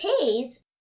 pays